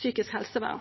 helsevern.